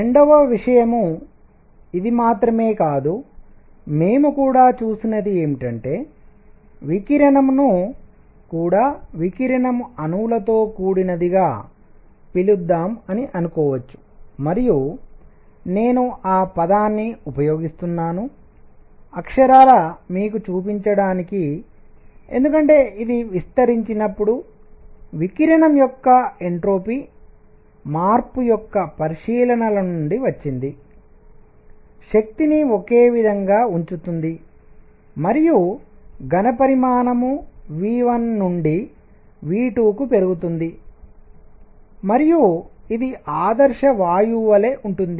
రెండవ విషయం ఇది మాత్రమే కాదు మేము కూడా చూసినది ఏమిటంటే వికిరణం ను కూడా వికిరణం అణువులతో కూడినదిగా పిలుద్దాం అని అనుకోవచ్చు మరియు నేను ఆ పదాన్ని ఉపయోగిస్తున్నాను అక్షరాలా మీకు చూపించడానికి ఎందుకంటే ఇది విస్తరించినప్పుడు వికిరణం యొక్క ఎంట్రోపి జడోష్ణత మార్పు యొక్క పరిశీలనల నుండి వచ్చింది శక్తిని ఒకే విధంగా ఉంచుతుంది మరియు ఘనపరిమాణమువాల్యూమ్ v1 నుండి v2 కు పెరుగుతుంది మరియు ఇది ఆదర్శ వాయువు వలె ఉంటుంది